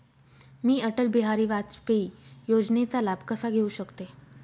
मी अटल बिहारी वाजपेयी योजनेचा लाभ कसा घेऊ शकते?